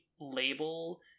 label